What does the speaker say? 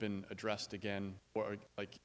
been addressed again like